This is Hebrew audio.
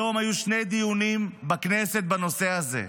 היום היו שני דיונים בכנסת בנושא הזה.